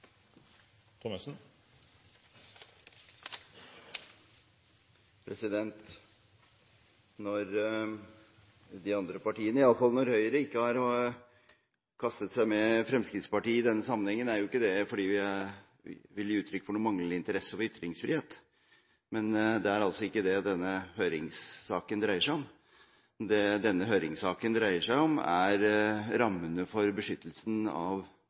refererte til. Når ikke de andre partiene, og iallfall ikke Høyre, har kastet seg med Fremskrittspartiet i denne sammenhengen, er ikke det fordi vi vil gi uttrykk for noen manglende interesse for ytringsfrihet. Men det er altså ikke det denne høringssaken dreier seg om. Det denne høringssaken dreier seg om, er rammene for beskyttelsen av